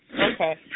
okay